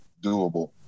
doable